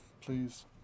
please